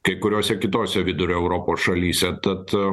kai kuriose kitose vidurio europos šalyse tad